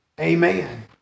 Amen